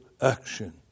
action